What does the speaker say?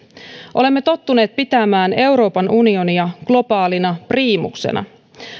olemme tottuneet pitämään euroopan unionia globaalina priimuksena